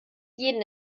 jeden